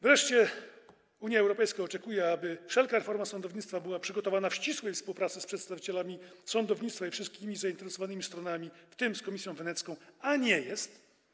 Wreszcie Unia Europejska oczekuje, aby wszelkie formy sądownictwa były przygotowane w ścisłej współpracy z przedstawicielami sądownictwa i wszystkimi zainteresowanymi stronami, w tym z Komisją Wenecką, a tak nie jest.